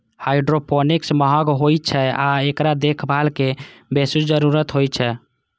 hydroponics महंग होइ छै आ एकरा देखभालक बेसी जरूरत होइ छै